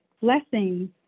blessings